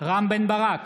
רם בן ברק,